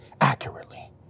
accurately